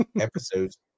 episodes